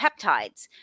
peptides